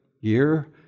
year